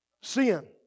Sin